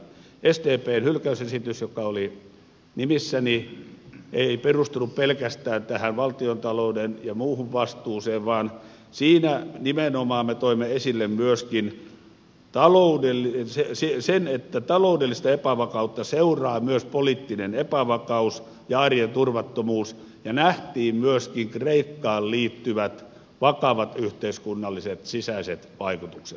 sdpn hylkäysesitys joka oli nimissäni ei perustunut pelkästään valtiontalouden ja muuhun vastuuseen vaan siinä nimenomaan me toimme esille myöskin sen että taloudellista epävakautta seuraa myös poliittinen epävakaus ja arjen turvattomuus ja näimme myöskin kreikkaan liittyvät vakavat yhteiskunnalliset sisäiset vaikutukset